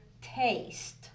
taste